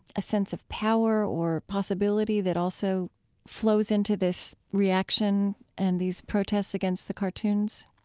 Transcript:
a sense of power or possibility that also flows into this reaction and these protests against the cartoons?